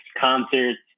concerts